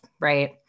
right